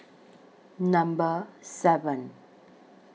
Number seven